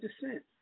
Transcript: descent